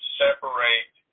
separate